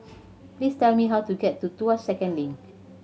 please tell me how to get to Tuas Second Link